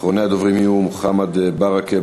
אחרוני הדוברים יהיו מוחמד ברכה,